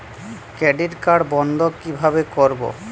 Credit card বন্ধ কিভাবে করবো?